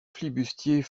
flibustiers